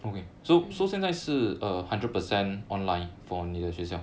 mm